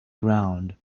ground